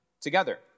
together